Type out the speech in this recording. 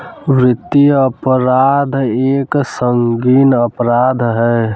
वित्तीय अपराध एक संगीन अपराध है